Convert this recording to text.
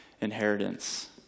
inheritance